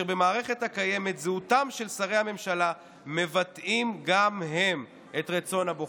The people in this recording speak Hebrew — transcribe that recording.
במערכת הקיימת זהותם של שרי הממשלה מבטאת גם היא את רצון הבוחר.